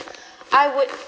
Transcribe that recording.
I would